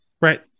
Right